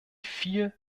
vier